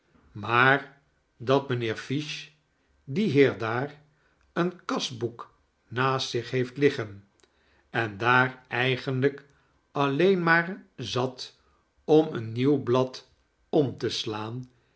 maar dat mijnheer fish die heer daar een kasboek naast zich heeft liggen en daar eigenlijk alleen maar zat om een nienw blad om te slaan